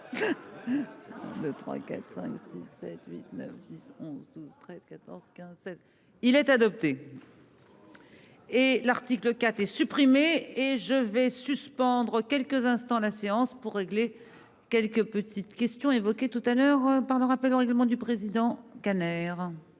cinq, six. Huit, neuf, 10. 11 12 13 14 15 16. Il est adopté. Et l'article 4 est supprimé et je vais suspendre quelques instants la séance pour régler quelques petites questions évoquées tout à l'heure par le rappel au règlement du président. La séance